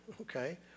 Okay